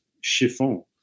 chiffon